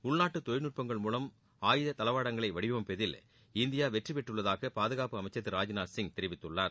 உள்நாட்டு தொழில்நுட்பங்கள் மூலம் ஆயுத தளவாடங்களை வடிவமைப்பதில் இந்தியா வெற்றி பெற்றுள்ளதாக பாதுகாப்பு அமைச்சர் திரு ராஜ்நாத் சிங் தெரிவித்துள்ளார்